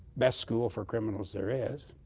best school for criminals there is.